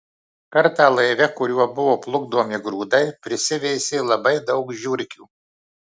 kartą laive kuriuo buvo plukdomi grūdai prisiveisė labai daug žiurkių